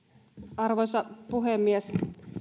arvoisa puhemies